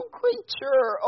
creature